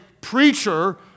preacher